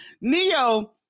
Neo